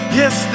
yes